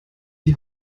die